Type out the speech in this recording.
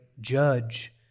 judge